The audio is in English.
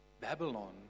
Babylon